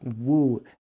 woo